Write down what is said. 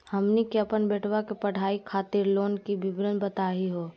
हमनी के अपन बेटवा के पढाई खातीर लोन के विवरण बताही हो?